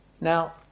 Now